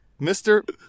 Mr